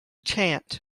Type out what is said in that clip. chant